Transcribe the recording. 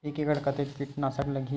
एक एकड़ कतेक किट नाशक लगही?